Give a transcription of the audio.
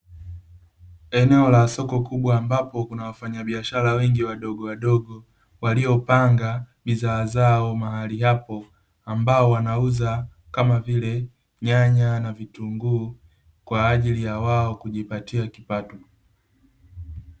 Eneo la soko kubwa ambapo kuna wafanyabiashara wengi wadogowadogo, waliopanga bidhaa zao mahali hapo, ambao wanauza kama vile nyanya na vitunguu; kwa ajili ya wao kujipatia kipato.